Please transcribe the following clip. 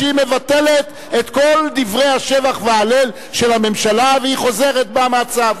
שהיא מבטלת את כל דברי השבח וההלל של הממשלה והיא חוזרת בה מהצו.